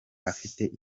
afite